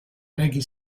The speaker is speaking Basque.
eraiki